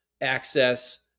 access